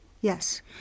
Yes